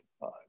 five